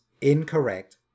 incorrect